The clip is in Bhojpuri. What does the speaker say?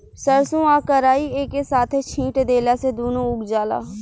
सरसों आ कराई एके साथे छींट देला से दूनो उग जाला